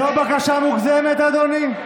זו בקשה מוגזמת, אדוני?